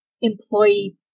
employee